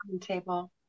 table